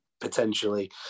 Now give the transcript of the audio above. potentially